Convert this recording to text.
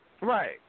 Right